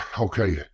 okay